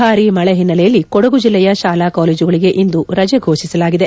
ಭಾರೀ ಮಳೆ ಹಿನ್ನೆಲೆಯಲ್ಲಿ ಕೊಡಗು ಜಿಲ್ಲೆಯ ಶಾಲಾ ಕಾಲೇಜುಗಳಿಗೆ ಇಂದು ರಜೆ ಫೋಷಿಸಲಾಗಿದೆ